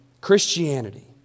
Christianity